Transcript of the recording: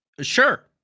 Sure